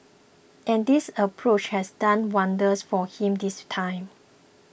and this approach has done wonders for him this time